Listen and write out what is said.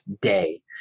day